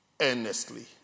earnestly